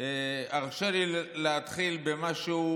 הרשה לי להתחיל במשהו